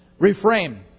reframe